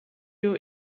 you